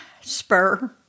spur